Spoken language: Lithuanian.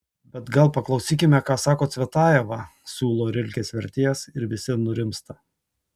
bet gal paklausykime ką sako cvetajeva siūlo rilkės vertėjas ir visi nurimsta